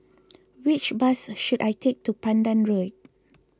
which bus should I take to Pandan Road